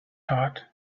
hot